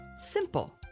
Simple